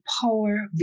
power